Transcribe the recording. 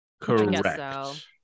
Correct